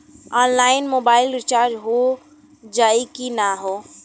Online mobile recharge हो जाई की ना हो?